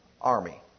army